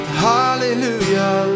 hallelujah